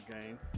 game